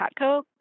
Patco